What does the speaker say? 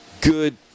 good